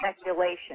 speculation